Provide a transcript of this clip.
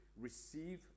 receive